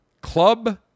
Club